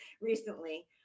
recently